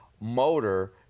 motor